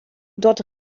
dort